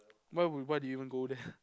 why would why did you even go there